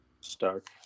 stark